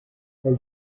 elle